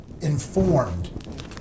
informed